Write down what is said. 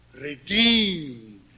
redeemed